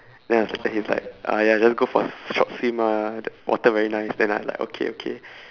then I was like he was like uh ya just go for a s~ short swim ah the water very nice then I was like okay okay